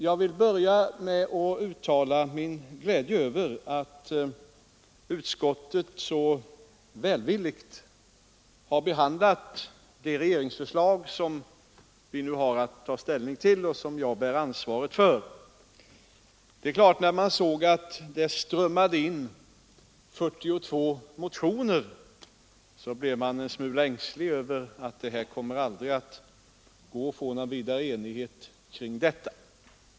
Jag vill börja med att uttala min glädje över att utskottet så välvilligt har behandlat det regeringsförslag som vi nu har att ta ställning till och som jag bär ansvaret för. När jag fick veta att det hade strömmat in 42 motioner blev jag en smula ängslig över att det inte skulle lyckas att uppnå enighet i denna fråga.